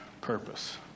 purpose